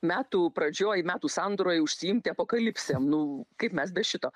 metų pradžioj metų sandūroj užsiimti apokalipse nu kaip mes be šito